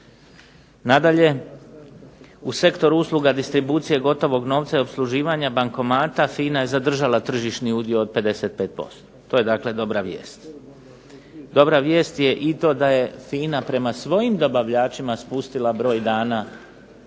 Nadalje, u sektoru usluga distribucije gotovog novca i opsluživanja bankomata FINA je zadržala tržišni udio od 55%. To je dakle dobra vijest. Dobra vijest je i to da je FINA prema svojim dobavljačima spustila broj dana